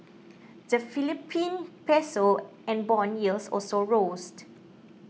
the Philippine piso and bond yields also roast